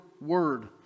word